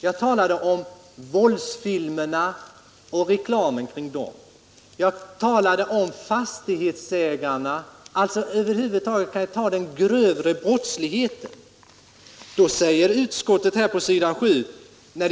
Jag talade om våldsfilmerna och reklamen kring dem, jag talade om fastighetsägarna eller, rättare sagt, om den grövre ekonomiska brottsligheten över huvud taget.